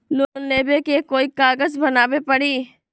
Loan लेबे ले कोई कागज बनाने परी?